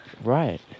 Right